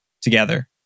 together